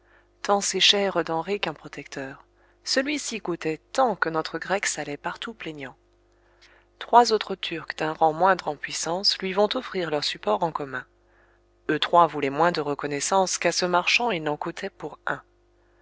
tant c'est chère denrée qu'un protecteur celui-ci coûtait tant que notre grec s'allait partout plaignant trois autres turcs d'un rang moindre en puissance lui vont offrir leur support en commun eux trois voulaient moins de reconnaissance qu'à ce marchand il n'en coûtait pour un